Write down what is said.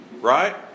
Right